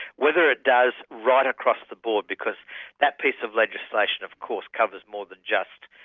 whether it does right across the board, because that piece of legislation of course covers more than just